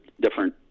different